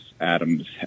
Adams